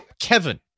Kevin